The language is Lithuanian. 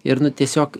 ir nu tiesiog